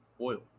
Oil